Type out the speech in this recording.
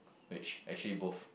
which actually both